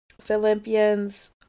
Philippians